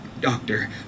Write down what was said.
Doctor